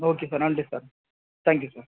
okay sir நன்றி sir thank you sir